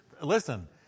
Listen